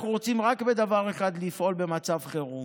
אנחנו רוצים רק בדבר אחד לפעול במצב חירום: